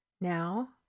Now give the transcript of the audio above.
Now